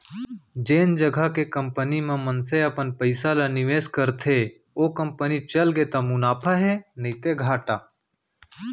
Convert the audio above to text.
जेन जघा के कंपनी म मनसे अपन पइसा ल निवेस करथे ओ कंपनी चलगे त मुनाफा हे नइते घाटा